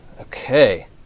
Okay